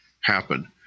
happen